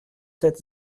sept